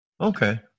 Okay